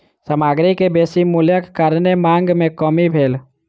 सामग्री के बेसी मूल्यक कारणेँ मांग में कमी भेल